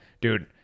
dude